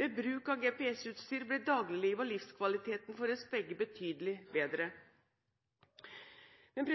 Ved bruk av GPS-utstyr ble dagliglivet og livskvaliteten for oss begge betydelig bedre. Men